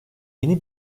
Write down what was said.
yeni